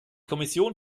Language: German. kommission